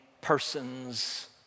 persons